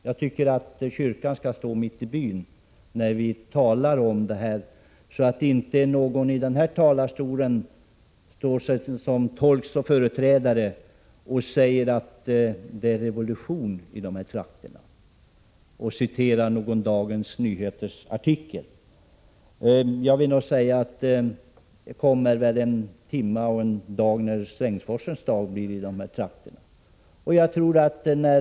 Jag tycker att kyrkan skall stå mitt i byn när vi talar om det här, så att inte någon står i riksdagens talarstol och citerar en artikel i Dagens Nyheter och säger att det är revolution i trakten.